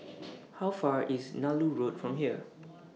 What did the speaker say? How Far IS Nallur Road from here